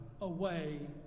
away